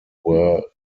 were